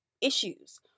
issues